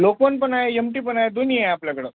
लोकवन पण आहे M P पण आहे दोन्ही आहे आपल्याकडं